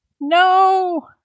No